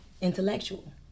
intellectual